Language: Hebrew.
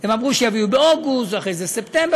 הם אמרו שיביאו באוגוסט ואחרי זה בספטמבר,